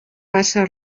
passa